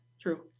True